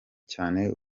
cyane